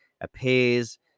appears